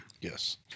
Yes